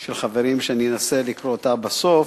של חברים, שאני אנסה לקרוא אותה בסוף,